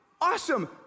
awesome